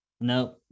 no